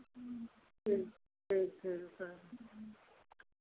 ठीक ठीक ठीक है